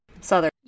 Southern